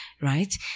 right